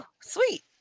sweet